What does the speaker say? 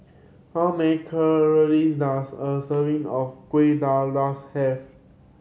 how many calories does a serving of kuih dadars have